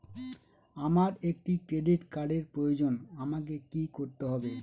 আমার একটি ক্রেডিট কার্ডের প্রয়োজন আমাকে কি করতে হবে?